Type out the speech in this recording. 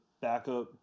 backup